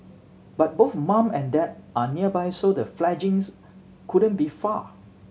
but both mum and dad are nearby so the fledglings couldn't be far